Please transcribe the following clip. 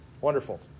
wonderful